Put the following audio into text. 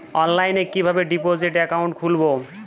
অনলাইনে কিভাবে deposit account খুলবো?